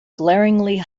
glaringly